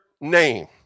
name